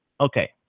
Okay